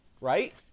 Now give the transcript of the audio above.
right